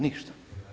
Ništa.